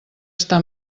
està